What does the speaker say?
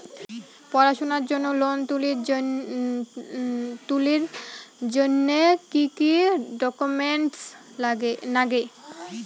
পড়াশুনার জন্যে লোন তুলির জন্যে কি কি ডকুমেন্টস নাগে?